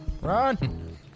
Run